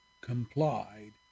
complied